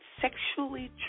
sexually